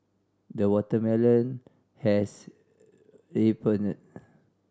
the watermelon has ripened